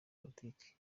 politiki